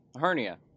hernia